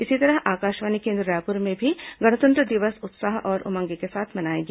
इसी तरह आकाषवाणी केन्द्र रायपुर में भी गणतंत्र दिवस उत्साह और उमंग के साथ मनाया गया